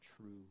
true